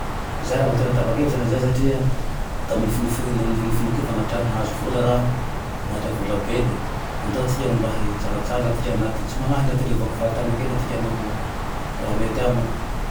Za raha vo tena tampa-kevitsy henane zay satria tamin'ny nofonofy, nofinofikony fa nahatra-nahazovola raho, nahatrea vola be le andao tsika mba hitsangatsanga tsika anaty, tsy manahy dra ty hivoaky fahatany kely tika naho raha mety amao